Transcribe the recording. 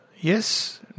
yes